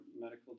medical